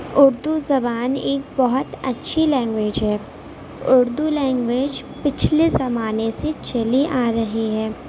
اردو زبان ایک بہت اچھی لینگویج ہے اردو لینگویج پچھلے زمانے سے چلی آ رہی ہے